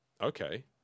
Okay